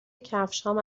کفشهام